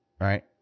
Right